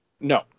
No